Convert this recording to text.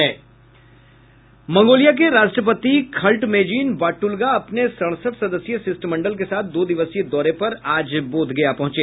Mongolia के राष्ट्रपति Khaltmaagiin Battulga अपने सड़सठ सदस्यीय शिष्टमंडल के साथ दो दिवसीय दौरे पर आज बोधगया पहुंचे